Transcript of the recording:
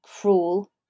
cruel